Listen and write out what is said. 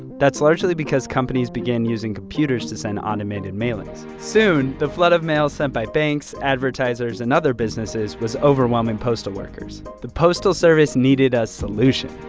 that's largely because companies began using computers to send automated mailings. soon, the flood of mail sent by banks, advertisers, and other businesses was overwhelming postal workers. the postal service needed a solution.